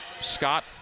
Scott